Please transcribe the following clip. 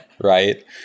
right